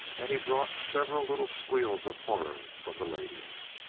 and he brought several little squeals of horror from the ladies.